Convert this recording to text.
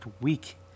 week